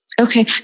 Okay